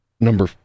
number